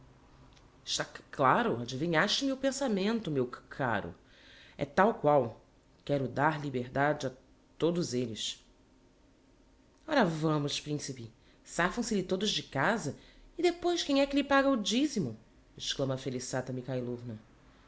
claro adivinháste me o pensamento meu c caro é tal qual quero dar liberdade a to dos elles ora vamos principe safam se lhe todos de casa e depois quem é que lhe paga o dizimo exclama